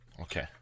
Okay